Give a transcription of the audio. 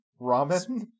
ramen